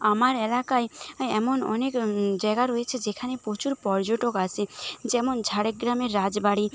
আমার এলাকায় এমন অনেক জায়গা রয়েছে যেখানে প্রচুর পর্যটক আসে যেমন ঝাড়গ্রামের রাজবাড়ি